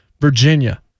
Virginia